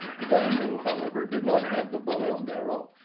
the band-lu, however, did not have the bow and arrow,